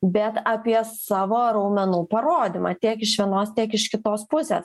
bet apie savo raumenų parodymą tiek iš vienos tiek iš kitos pusės